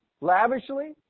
Lavishly